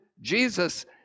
Jesus